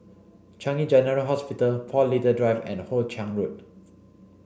Changi General Hospital Paul Little Drive and Hoe Chiang Road